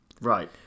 Right